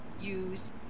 use